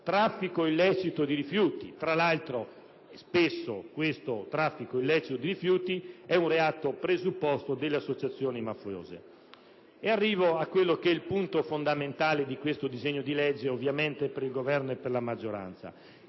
traffico illecito di rifiuti (tra l'altro, spesso il traffico illecito di rifiuti è un reato presupposto delle associazioni mafiose). Arrivo a quello che è il punto fondamentale di questo disegno di legge per il Governo e per la sua maggioranza: